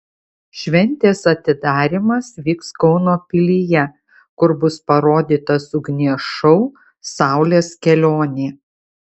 šventės atidarymas vyks kauno pilyje kur bus parodytas ugnies šou saulės kelionė